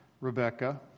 Rebecca